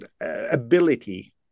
ability